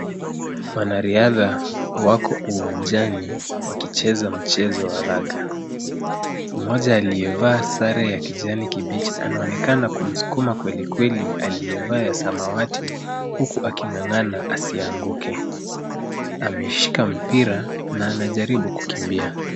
Wanariadha wako uwanjani wakicheza mchezo wa raga. Mmoja aliyevaa sare ya kijani kibichi anaoekana kumsukuma kweli kweli aliyevaa ya samawati, huku aking'ang'ana asianguke. Ameshika mpira na anajaribu kukimbia.